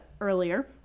earlier